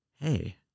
hey